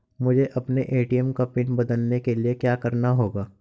मुझे अपने ए.टी.एम का पिन बदलने के लिए क्या करना होगा?